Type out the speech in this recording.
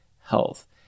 health